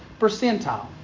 percentile